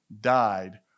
died